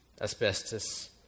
asbestos